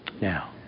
Now